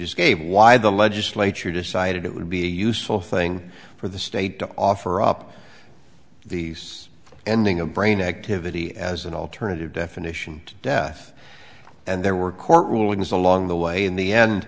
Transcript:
just gave why the legislature decided it would be a useful thing for the state to offer up the ending of brain activity as an alternative definition to death and there were court rulings along the way in the end